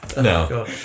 no